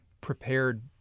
prepared